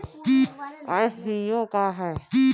FPO का ह?